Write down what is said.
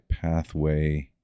pathway